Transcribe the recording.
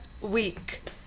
week